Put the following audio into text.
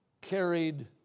carried